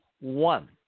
one